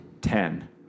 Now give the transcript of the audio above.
Ten